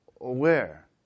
aware